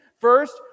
First